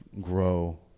grow